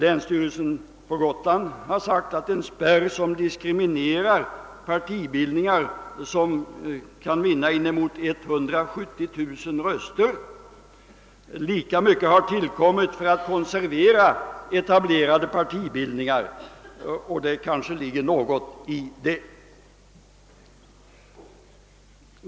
— Länsstyrelsen i Gotlands län har uttalat att en spärr, som diskriminerar partibildningar som vinner inemot 170 000 röster, lika mycket har tillkommit för att konservera etablerade partibildningar, och det kanske ligger någonting i detta.